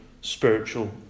spiritual